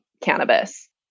cannabis